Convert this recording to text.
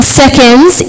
seconds